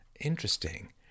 Interesting